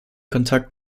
kontakt